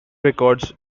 records